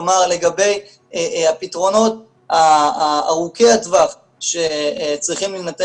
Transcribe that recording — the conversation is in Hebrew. כלומר לגבי הפתרונות ארוכי הטווח שצריכים להינתן